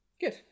Good